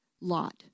Lot